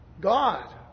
God